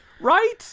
Right